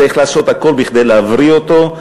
צריך לעשות הכול כדי להבריא אותו,